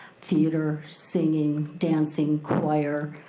theater, singing, dancing choir,